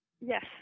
Yes